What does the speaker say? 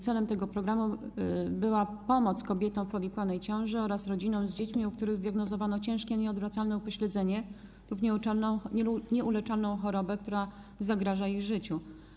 Celem tego programu była pomoc kobietom w powikłanej ciąży oraz rodzinom z dziećmi, u których zdiagnozowano ciężkie nieodwracalne upośledzenie lub nieuleczalną chorobę, która zagraża ich życiu.